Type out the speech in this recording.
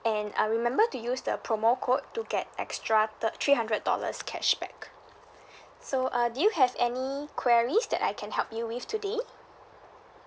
and uh remember to use the promo code to get extra thir~ three hundred dollars cashback so uh do you have any queries that I can help you with today